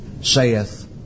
saith